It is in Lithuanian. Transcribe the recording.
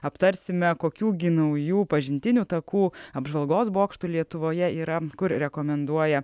aptarsime kokių gi naujų pažintinių takų apžvalgos bokštų lietuvoje yra kur rekomenduoja